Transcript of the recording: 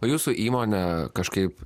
o jūsų įmonė kažkaip